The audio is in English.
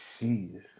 Jeez